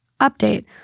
Update